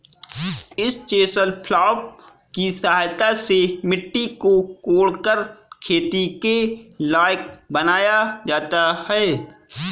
इस chisel plough की सहायता से मिट्टी को कोड़कर खेती के लायक बनाया जाता है